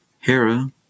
Hera